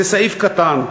זה סעיף קטן,